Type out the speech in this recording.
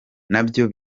nabyo